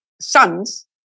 sons